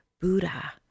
Buddha